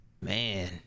Man